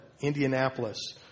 Indianapolis